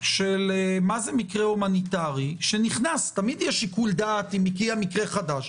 על מה הוא מקרה הומניטרי תמיד יש שיקול דעת אם מגיע מקרה חדש,